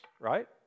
right